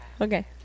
Okay